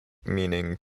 meaning